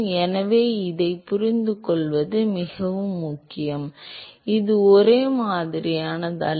எனவே இதைப் புரிந்துகொள்வது மிகவும் முக்கியம் இது ஒரே மாதிரியானதல்ல